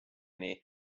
nii